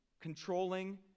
controlling